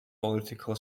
political